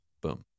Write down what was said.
Boom